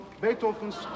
Beethoven's